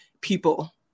people